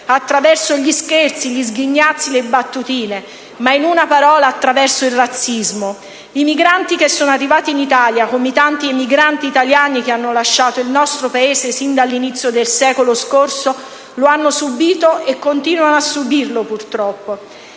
attraverso gli scherzi, gli sghignazzi, le battutine; in una parola, attraverso il razzismo. I migranti che sono arrivati in Italia, come i tanti emigranti italiani che hanno lasciato il nostro Paese fin dall'inizio del secolo scorso, lo hanno subito e continuano a subirlo, purtroppo.